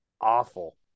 Awful